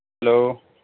hello